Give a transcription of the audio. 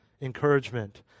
encouragement